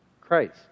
Christ